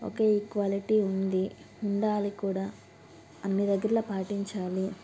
ఒకే equality ఉంది ఉండాలి కూడా అన్ని దగ్గరలో పాటించాలి